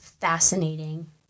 fascinating